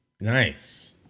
nice